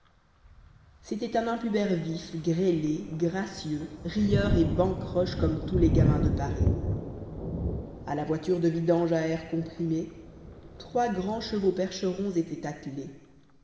c'était un impubère vif grêlé gracieux rieur et bancroche comme tous les gamins de paris à la voiture de vidange à air comprimé trois grands chevaux percherons étaient attelés